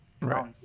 right